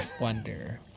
Wonder